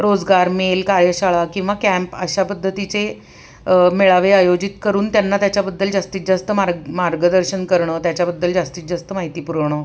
रोजगार मेल कार्यशाळा किंवा कॅम्प अशा पद्धतीचे मेळावे आयोजित करून त्यांना त्याच्याबद्दल जास्तीत जास्त मार्ग मार्गदर्शन करणं त्याच्याबद्दल जास्तीत जास्त माहिती पुरवणं